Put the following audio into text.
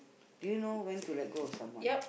do you know when to let go of someone